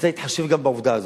וצריך להתחשב גם בעובדה הזאת.